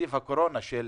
הקורונה של